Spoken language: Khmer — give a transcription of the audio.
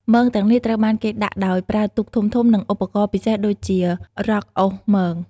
មងទាំងនេះត្រូវបានគេដាក់ដោយប្រើទូកធំៗ និងឧបករណ៍ពិសេសដូចជារ៉កអូសមង។